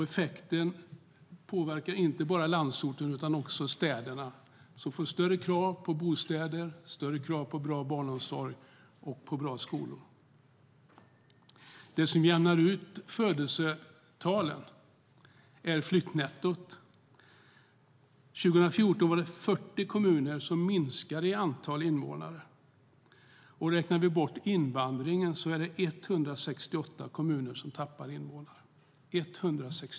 Effekten påverkar inte bara landsorten utan också städerna, som får större krav på bostäder, bra barnomsorg och bra skolor. Det som jämnar ut födelsetalen är flyttnettot. År 2014 var det 40 kommuner som minskade i antal invånare. Räknar vi bort invandringen är det 168 kommuner som tappar invånare.